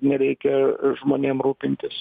nereikia žmonėm rūpintis